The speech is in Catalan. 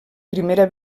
primera